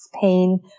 Pain